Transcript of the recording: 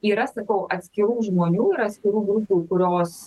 yra sakau atskirų žmonių ir atskirų grupių kurios